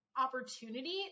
opportunity